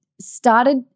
started